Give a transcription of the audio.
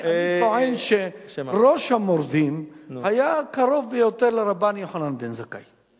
אני טוען שראש המורדים היה קרוב ביותר לרבן יוחנן בן זכאי.